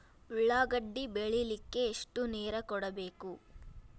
ಉಳ್ಳಾಗಡ್ಡಿ ಬೆಳಿಲಿಕ್ಕೆ ಎಷ್ಟು ನೇರ ಕೊಡಬೇಕು?